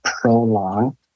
prolong